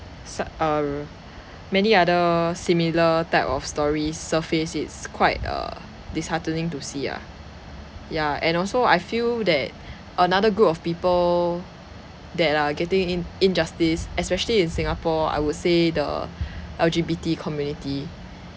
su~ um many other similar type of stories surfaced is quite err disheartening to see ah ya and also I feel that another group of people that are getting in injustice especially in singapore I would say the L_G_B_T community